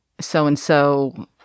so-and-so